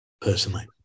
Personally